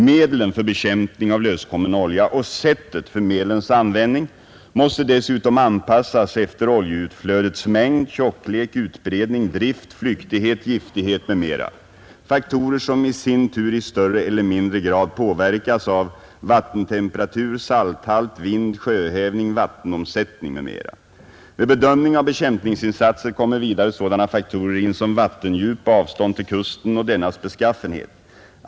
Medlen för bekämpning av löskommen olja och sättet för medlens användning måste dessutom anpassas efter oljeutflödets mängd, tjocklek, utbredning, drift, flyktighet, giftighet m.m., faktorer som i sin tur i större eller mindre grad påverkas av vattentemperatur, salthalt, vind, sjöhävning, vattenomsättning m.m. Vid bedömning av bekämpningsinsatser kommer vidare sådana faktorer in som vattendjup, avstånd till kusten och dennas beskaffenhet.